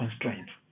constraints